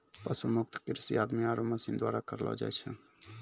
पशु मुक्त कृषि आदमी आरो मशीन द्वारा करलो जाय छै